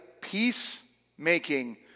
peacemaking